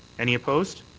any opposed?